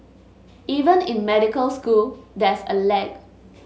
even in medical school there's a lag